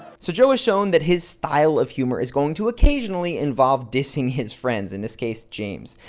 so joe has shown that his style of humor is going to occasionally involve dissing his friends in this case, james.